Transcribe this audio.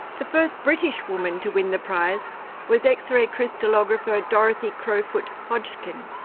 the first british woman to win the prize was x-ray crystallographer dorothy crowfoot hodgkin.